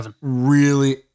really-